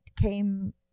came